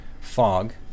fog